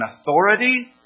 authority